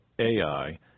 Ai